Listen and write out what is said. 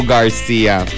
Garcia